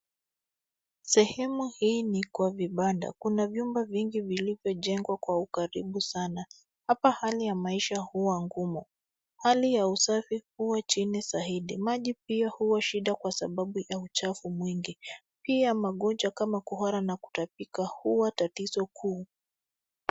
Sehemu hii ni kwa vibanda. Kuna vyumba vingi vilivyojengwa kwa ukaribu sana. Hapa hali ya maisha huwa ngumu. Hali ya usafi huwa chini zaidi. Maji pia huwa shida kwasababu ya uchafu mwingi. Pia magonjwa kama kuhara na kutapika huwa tatizo kuu.